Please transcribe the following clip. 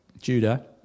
Judah